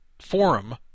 Forum